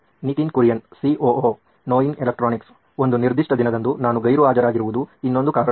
Nitin Kurian COO Noyin electronics ಒಂದು ನಿರ್ದಿಷ್ಟ ದಿನದಂದು ನಾನು ಗೈರುಹಾಜರಾಗಿರುವುದು ಇನ್ನೊಂದು ಕಾರಣ